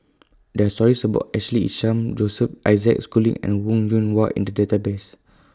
There Are stories about Ashley Isham Joseph Isaac Schooling and Wong Yoon Wah in The Database